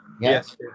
yes